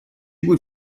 بود